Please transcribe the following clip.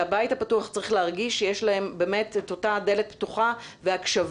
והבית הפתוח צריך להרגיש שיש להם את אותה דלת פתוחה והקשבה